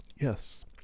Yes